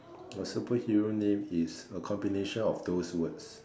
your super hero name is a combination of those words